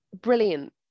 brilliant